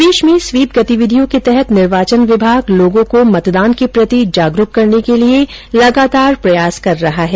प्रदेश में स्वीप गतिविधियों के तहत निर्वाचन विभाग लोगों को मतदान के प्रति जागरूक करने के लिये लगातार प्रयास कर रहा है